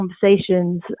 conversations